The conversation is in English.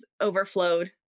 overflowed